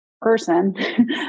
person